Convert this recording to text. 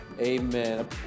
amen